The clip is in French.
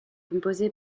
composé